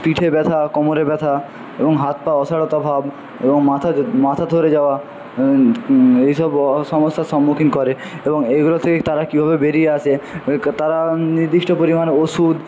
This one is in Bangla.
পিঠে ব্যথা কোমরে ব্যথা এবং হাত পা অসাড়তা ভাব এবং মাথা মাথা ধরে যাওয়া এই সব অ সমস্যার সম্মুখীন করে এবং এইগুলো থেকে তারা কীভাবে বেরিয়ে আসে ক্ তারা নির্দিষ্ট পরিমাণে ওষুধ